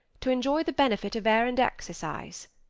to enjoy the benefit of air and exercise.